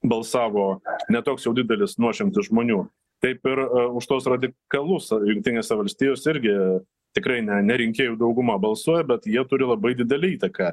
balsavo ne toks jau didelis nuošimtis žmonių taip ir už tuos radikalus ar jungtinėse valstijos irgi tikrai ne ne rinkėjų dauguma balsuoja bet jie turi labai didelę įtaką